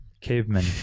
cavemen